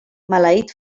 maleït